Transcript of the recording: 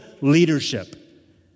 leadership